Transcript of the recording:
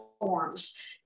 forms